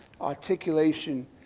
articulation